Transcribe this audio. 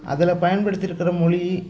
அதில் பயன்படுத்திருக்கிற மொழி